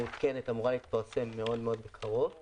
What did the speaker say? אמורה להתפרסם בקרוב מאוד.